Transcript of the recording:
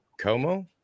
Como